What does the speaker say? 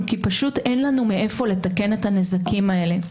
כי פשוט אין לנו מאין לתקן את הנזקים האלה.